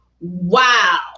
Wow